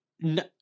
No